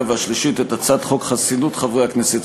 והשלישית את הצעת חוק חסינות חברי הכנסת,